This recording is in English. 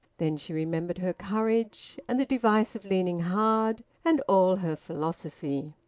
then she remembered her courage, and the device of leaning hard, and all her philosophy.